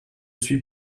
suis